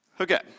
Okay